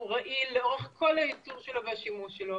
הוא רעיל לאורך כל הייצור והשימוש שלו.